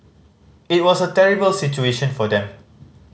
it was a terrible situation for them